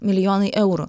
milijonai eurų